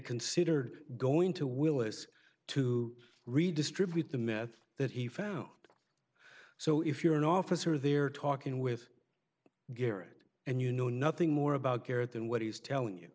considered going to willis to redistribute the meth that he found so if you're an officer there talking with garrett and you know nothing more about care than what he's telling you